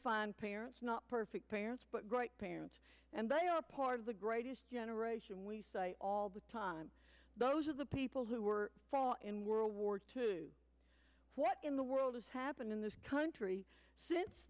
fine parents not perfect parents but great parents and they are part of the greatest generation we say all the time those are the people who were brought in world war two what in the world has happened in this country since